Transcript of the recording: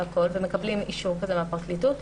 ומקבלים אישור כזה מן הפרקליטות,